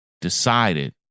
decided